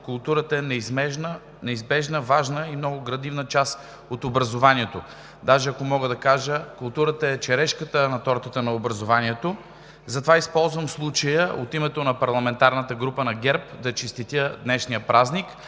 културата е неизбежна, важна и много градивна част от образованието. Даже, ако мога да кажа, културата е „черешката на тортата“ на образованието. Затова използвам случая от името на парламентарна група на ГЕРБ да честитя днешния празник,